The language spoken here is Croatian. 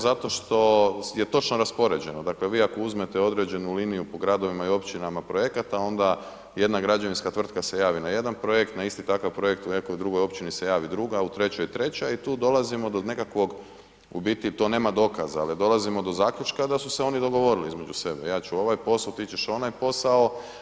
Zato što je točno raspoređeno, dakle vi ako uzmete određenu liniju po gradovima i općinama projekata onda jedna građevinska tvrtka se javi na jedan projekt, na isti takav projekt u nekoj drugoj općini se javi druga, a u trećoj treća i tu dolazimo do nekakvog u biti to nema dokaza, ali dolazimo do zaključka da su se oni dogovorili između sebe, ja ću ovaj posao, ti ćeš onaj posao.